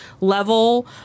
level